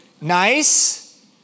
Nice